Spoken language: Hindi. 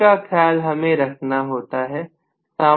इसका ख्याल हमें रखना होता है